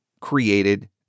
created